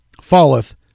falleth